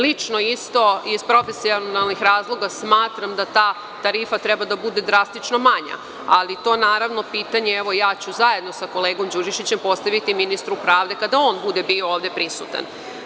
Lično isto iz profesionalnih razloga smatram da ta tarifa treba da bude drastično manja, ali to pitanje ću zajedno sa kolegom Đurišićem postaviti ministru pravde kada on bude bio ovde prisutan.